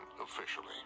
officially